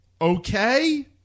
okay